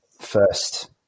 first